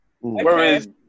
whereas